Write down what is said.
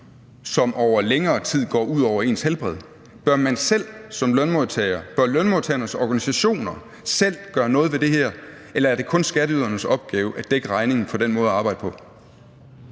som over længere tid går ud over ens helbred? Bør man selv som lønmodtager og bør lønmodtagernes organisationer selv gøre noget ved det her, eller er det kun skatteydernes opgave at dække regningen for den måde at arbejde på?